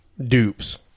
Dupes